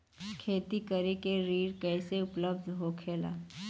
खेती करे के ऋण कैसे उपलब्ध होखेला?